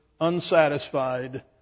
unsatisfied